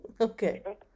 Okay